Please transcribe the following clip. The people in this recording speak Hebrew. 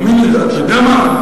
תאמין לי, אתה יודע מה?